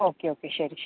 okay okay ശരി ശരി